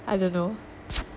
I don't know